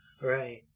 Right